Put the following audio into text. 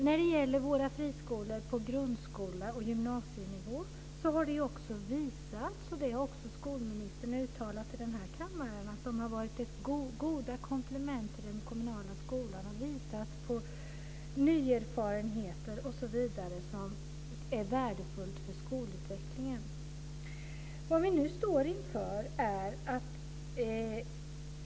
När det gäller våra friskolor på grundskole och gymnasienivå har det också visats att de har varit goda komplement till den kommunala skolan och visat på nya erfarenheter som är värdefulla för skolutvecklingen. Det har också skolministern uttalat här i kammaren.